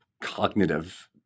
cognitive